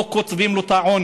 לא קוצבים לו את העונש.